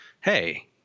hey-